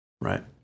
right